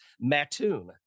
Mattoon